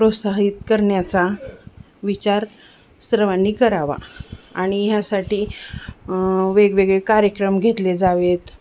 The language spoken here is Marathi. प्रोत्साहित करण्याचा विचार सर्वांनी करावा आणि ह्यासाठी वेगवेगळे कार्यक्रम घेतले जावेत